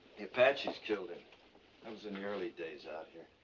the apaches killed him. that was in the early days out here.